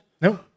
No